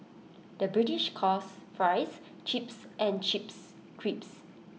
the British calls Fries Chips and Chips Crisps